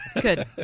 Good